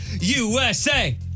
USA